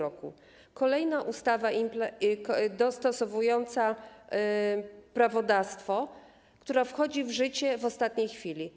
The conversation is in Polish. To kolejna ustawa dostosowująca prawodawstwo, która wchodzi w życie w ostatniej chwili.